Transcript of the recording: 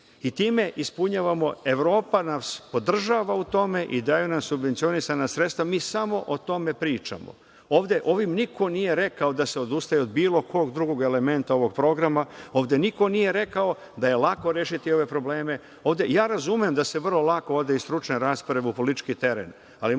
Time ispunjavamo, Evropa nas podržava u tome i daje nam subvencionisana sredstva, mi samo o tome pričamo. Ovde ovim niko nije rekao da se odustaje od bilo kog drugog elementa ovog programa. Ovde niko nije rekao da je lako rešiti ove probleme. Razumem da se ovde vrlo lako iz stručne rasprave prelazi u politički teren, ali molim vas nemojte da